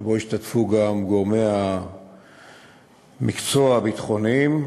שבו השתתפו גם גורמי המקצוע הביטחוניים,